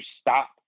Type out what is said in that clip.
stop